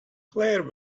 claire